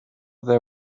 their